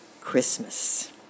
Christmas